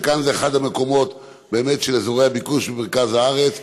וכאן זה באמת אחד המקומות של אזורי הביקוש במרכז הארץ,